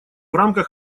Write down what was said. рамках